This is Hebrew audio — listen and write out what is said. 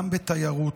גם בתיירות,